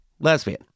lesbian